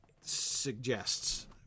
suggests